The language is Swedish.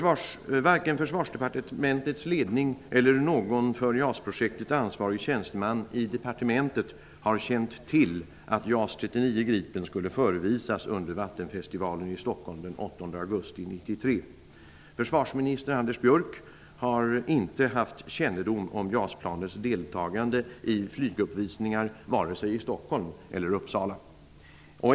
Varken Försvarsdepartementets ledning eller någon för JAS-projektet ansvarig tjänsteman på departementet har känt till att JAS 39 Gripen skulle förevisas under Vattenfestivalen i Stockholm den 8 augusti 1993. Försvarsminister Anders Björck har inte haft kännedom om JAS-planets deltagande i flyguppvisningar vare sig i Stockholm eller i Uppsala.